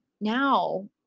now